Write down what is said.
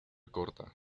corta